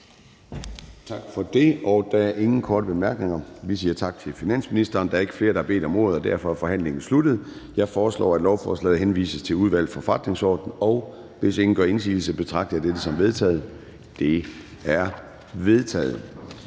Tak for det. Der er ingen korte bemærkninger, og vi siger tak til finansministeren. Der er ikke flere, der har bedt om ordet, og derfor er forhandlingen sluttet. Jeg foreslår, at lovforslaget henvises til Udvalget for Forretningsordenen. Hvis ingen gør indsigelse, betragter jeg dette som vedtaget. Det er vedtaget.